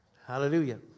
Hallelujah